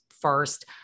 first